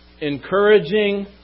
encouraging